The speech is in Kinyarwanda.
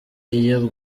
iyo